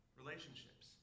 relationships